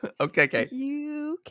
Okay